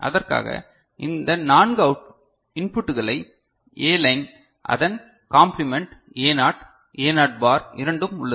அதற்காக இந்த 4 இன்புட்களை A லைன் அதன் காம்ப்ளிமென்ட் Aநாட் Aநாட் பார் இரண்டும் உள்ளது